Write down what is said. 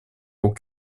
aux